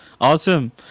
awesome